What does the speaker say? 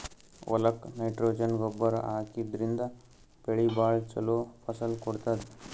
ಹೊಲಕ್ಕ್ ನೈಟ್ರೊಜನ್ ಗೊಬ್ಬರ್ ಹಾಕಿದ್ರಿನ್ದ ಬೆಳಿ ಭಾಳ್ ಛಲೋ ಫಸಲ್ ಕೊಡ್ತದ್